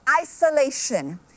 isolation